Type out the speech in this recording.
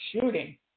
shooting